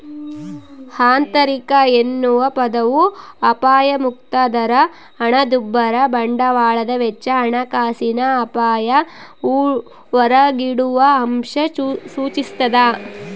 ಆಂತರಿಕ ಎನ್ನುವ ಪದವು ಅಪಾಯಮುಕ್ತ ದರ ಹಣದುಬ್ಬರ ಬಂಡವಾಳದ ವೆಚ್ಚ ಹಣಕಾಸಿನ ಅಪಾಯ ಹೊರಗಿಡುವಅಂಶ ಸೂಚಿಸ್ತಾದ